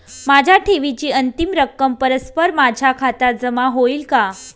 माझ्या ठेवीची अंतिम रक्कम परस्पर माझ्या खात्यात जमा होईल का?